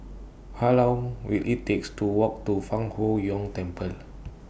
How Long Will IT takes to Walk to Fang Huo Yuan Temple